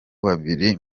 babiri